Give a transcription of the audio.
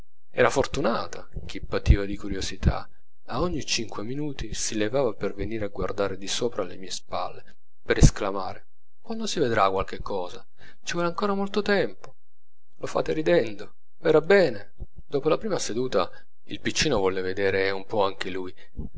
era fortunata che pativa di curiosità a ogni cinque minuti si levava per venire a guardare di sopra alle mie spalle per esclamare quando si vedrà qualche cosa ci vuole ancora molto tempo lo fate ridendo verrà bene dopo la prima seduta il piccino volle vedere un po anche lui